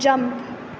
jump